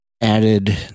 added